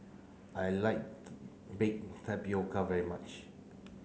I like bake tapioca very much